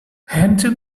hansen